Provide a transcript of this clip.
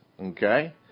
Okay